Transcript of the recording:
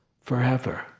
forever